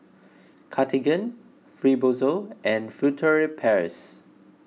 Cartigain Fibrosol and Furtere Paris